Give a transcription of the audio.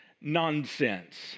nonsense